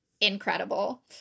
incredible